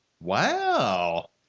Wow